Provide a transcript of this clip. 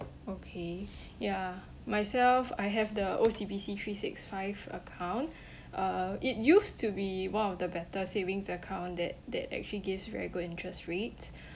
okay ya myself I have the O_C_B_C three six five account uh it used to be one of the better savings account that that actually gives very good interest rates